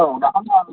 औ मा खालामदों